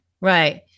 right